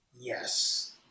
Yes